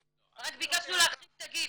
רק ביקשנו להרחיב את הגיל.